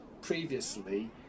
previously